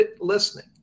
listening